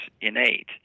innate